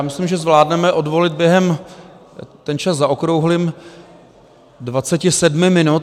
Myslím, že zvládneme odvolit během ten čas zaokrouhlím 27 minut.